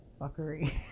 fuckery